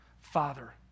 Father